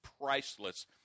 priceless